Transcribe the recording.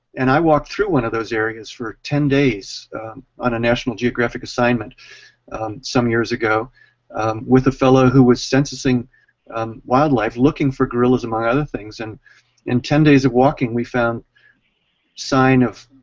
and i walked through one of those areas for ten days on a national geographic assignment some years ago with fellow who was censusing um wildlife, looking for gorillas among other things and in ten days of walking we found sign of,